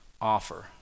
offer